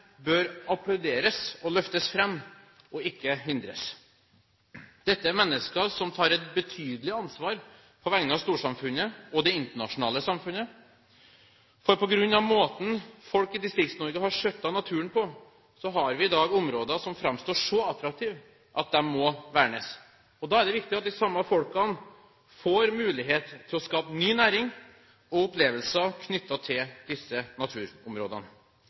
bør applauderes og løftes fram, ikke hindres. Dette er mennesker som tar et betydelig ansvar på vegne av storsamfunnet og det internasjonale samfunnet. På grunn av måten folk i Distrikts-Norge har skjøttet naturen på, har vi i dag områder som framstår så attraktive at de må vernes. Da er det viktig at de samme folkene får mulighet til å skape ny næring og opplevelser knyttet til disse naturområdene.